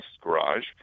garage